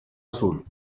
azul